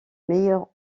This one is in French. meilleurs